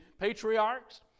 patriarchs